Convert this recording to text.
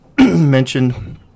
mentioned